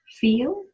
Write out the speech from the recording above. feel